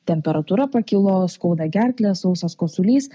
temperatūra pakilo skauda gerklę sausas kosulys